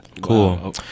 Cool